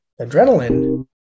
adrenaline